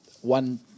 one